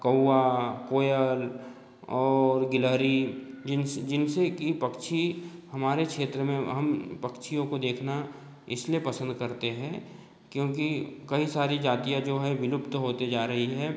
कौवा कोयल और गिलहरी जिन जिनसे की पक्षी हमारे क्षेत्र में हम पक्षियों को देखना इसलिए पसंद करते हैं क्योंकि कई सारी जातियाँ जो है विलुप्त होते जा रही है